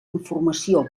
informació